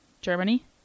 germany